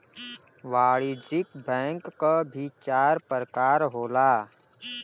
वाणिज्यिक बैंक क भी चार परकार होला